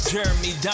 Jeremy